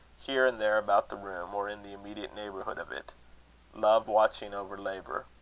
here and there about the room, or in the immediate neighbourhood of it love watching over labour.